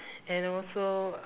and also uh